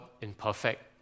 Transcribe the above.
imperfect